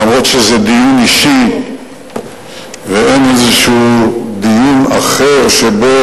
אף שזה דיון אישי ואין איזה דיון אחר שבו